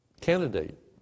candidate